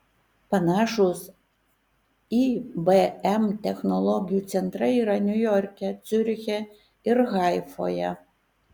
panašūs ibm technologijų centrai yra niujorke ciuriche ir haifoje